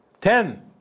ten